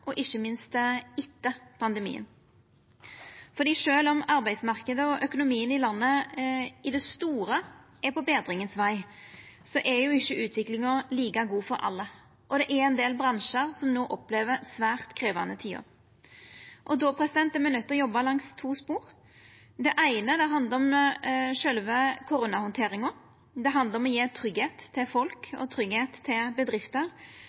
og ikkje minst etter pandemien. Sjølv om arbeidsmarknaden og økonomien i landet i det store er i betring, er ikkje utviklinga like god for alle, og det er ein del bransjar som no opplever svært krevjande tider. Då er me nøydde til å jobba langs to spor. Det eine handlar om sjølve koronahandteringa; det handlar om å gje ein tryggleik til folk og til bedrifter